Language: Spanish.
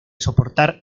soportar